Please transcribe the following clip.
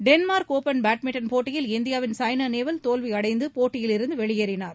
Denmark open badminton போட்டியில் இந்தியாவின் சாய்னா நேவால் தோல்வி அடைந்து போட்டியிலிருந்து வெளியேறினார்